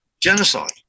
genocide